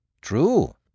True